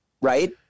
right